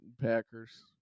Packers